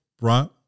right